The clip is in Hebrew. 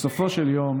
בסופו של יום